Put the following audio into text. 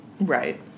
Right